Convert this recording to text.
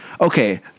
Okay